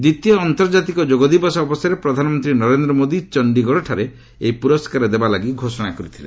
ଦ୍ୱିତୀୟ ଆନ୍ତର୍କାତିକ ଯୋଗଦିବସ ଅବସରରେ ପ୍ରଧାନମନ୍ତ୍ରୀ ନରେନ୍ଦ୍ର ମୋଦୀ ଚଣ୍ଡିଗଡ଼ଠାରେ ଏହି ପୁରସ୍କାର ଦେବାଲାଗି ଘୋଷଣା କରିଥିଲେ